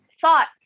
thoughts